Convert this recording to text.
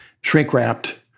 shrink-wrapped